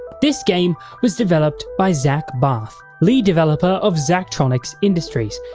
this game was developed by zach barth, lead developer of zachtronics industries,